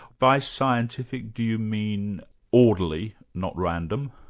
by scientific, do you mean orderly, not random,